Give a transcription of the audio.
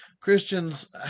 Christians